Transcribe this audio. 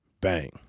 Bang